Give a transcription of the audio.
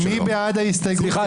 סליחה,